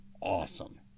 awesome